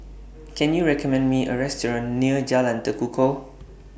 Can YOU recommend Me A Restaurant near Jalan Tekukor